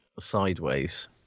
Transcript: sideways